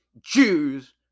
Jews